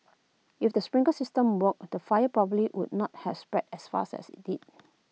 if the sprinkler system worked the fire probably would not have spread as fast as IT did